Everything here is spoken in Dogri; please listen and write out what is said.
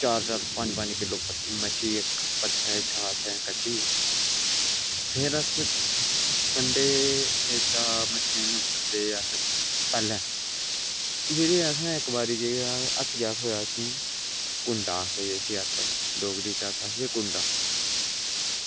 चार चार पंज पंज किलो मच्छी असें पत्थरा इक्क कड्ढी फिर अस मच्छी कंडै कोला कड्ढदे हे पैह्लें भी असें ई केह् हट्टिया थ्होआ असें ई कुंडा जिसी भाई डोगरी च अस उसी आखदे कुंडा